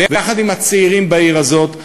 ויחד עם הצעירים בעיר הזאת,